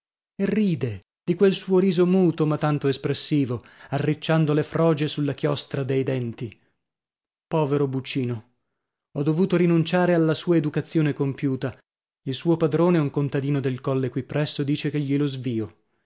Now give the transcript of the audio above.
e ride di quel suo riso muto ma tanto espressivo arricciando le froge sulla chiostra dei denti povero bucino ho dovuto rinunciare alla sua educazione compiuta il suo padrone un contadino del colle qui presso dice che glielo svio